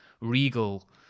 regal